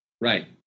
Right